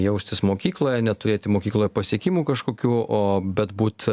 jaustis mokykloje neturėti mokykloje pasiekimų kažkokių o bet būt